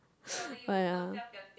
oh ya